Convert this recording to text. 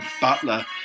butler